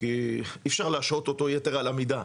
כי אי אפשר להשהות אותו יתר על המידה,